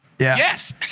Yes